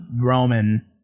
Roman